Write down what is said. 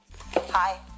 Hi